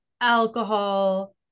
alcohol